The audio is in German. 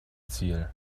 ziel